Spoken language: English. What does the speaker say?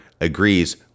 agrees